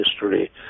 history